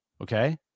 Okay